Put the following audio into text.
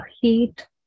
heat